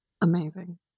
Amazing